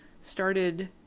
started